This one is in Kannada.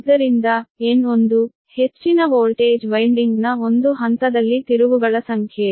ಆದ್ದರಿಂದ N1 ಹೆಚ್ಚಿನ ವೋಲ್ಟೇಜ್ ವೈನ್ಡಿಂಗ್ನ ಒಂದು ಹಂತದಲ್ಲಿ ತಿರುವುಗಳ ಸಂಖ್ಯೆ